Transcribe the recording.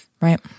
Right